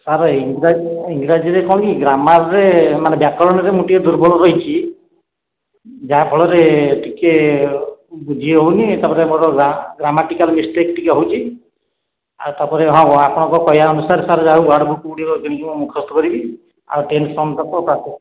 sir Ingraji ଇଂରାଜୀରେ କଣ କି ଗ୍ରାମାର୍ ରେ ମାନେ ବ୍ୟାକରଣରେ ମୁଁ ଟିକିଏ ଦୁର୍ବଳ ରହିଛି ଯାହାଫଳରେ ଟିକିଏ ବୁଝି ହେଉନି ତାପରେ ମୋର ଗ୍ରାମାଟିକାଲ ମିଷ୍ଟେକ ଟିକିଏ ହେଉଛି ଆଉ ତାପରେ ହଁ ଆପଣଙ୍କ କହିବା ଅନୁସାରେ ସାର୍ ଯାହେଉ ୱାର୍ଡ଼ବୁକ୍ ଗୁଡ଼ିକ କିଣିକି ମୁଁ ମୁଖସ୍ଥ କରିବି ଆଉ ଟେନ୍ସ ଫର୍ମ ତକ ପ୍ରାକ୍ଟିସ